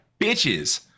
bitches